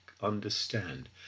understand